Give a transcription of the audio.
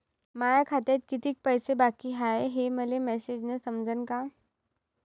माया खात्यात कितीक पैसे बाकी हाय हे मले मॅसेजन समजनं का?